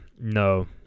No